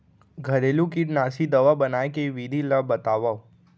घरेलू कीटनाशी दवा बनाए के विधि ला बतावव?